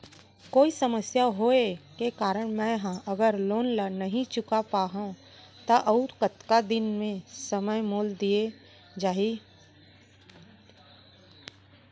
कोई समस्या होये के कारण मैं हा अगर लोन ला नही चुका पाहव त अऊ कतका दिन में समय मोल दीये जाही?